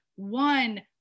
one